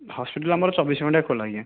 hospital ଆମର ଚବିଶି ଘଣ୍ଟା ଖୋଲା ଆଜ୍ଞା